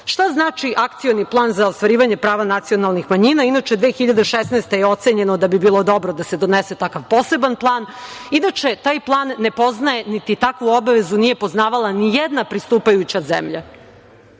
znači akcioni plan za ostvarivanje prava nacionalnih manjina? Inače, 2016. godine je ocenjeno da bi bilo dobro da se donese takav poseban plan. Taj plan ne poznaje niti takvu obavezu nije poznavala ni jedna pristupajuća zemlja,